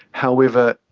however,